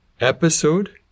episode